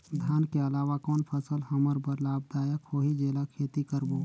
धान के अलावा कौन फसल हमर बर लाभदायक होही जेला खेती करबो?